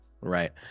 right